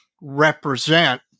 represent